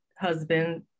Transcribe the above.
husband